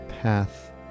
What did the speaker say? path